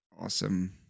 awesome